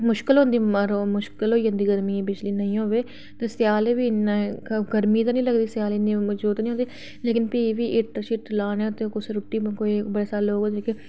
मुश्कल होंदी मुश्कल होई जंदी गर्मियें ई अगर बिजली नेईं होऐ तां सेआलै बी इन्नी गर्मी निं लगदी ते भी बी हीटर लाने होन कुसै